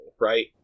right